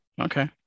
Okay